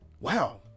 wow